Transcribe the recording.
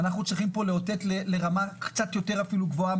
אנחנו צריכים לאותת לרמה קצת יותר גבוהה,